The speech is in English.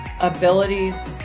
abilities